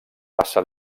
passa